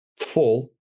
full